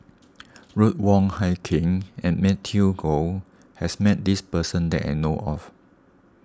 Ruth Wong Hie King and Matthew Ngui has met this person that I know of